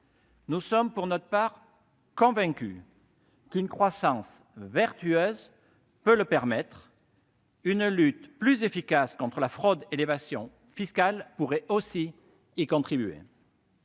nous sommes convaincus qu'une croissance vertueuse y pourvoira. Une lutte plus efficace contre la fraude et l'évasion fiscales pourrait aussi y contribuer.